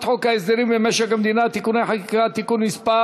חוק השקעות משותפות בנאמנות (תיקון מס'